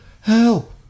Help